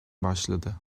başladı